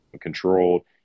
controlled